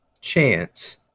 chance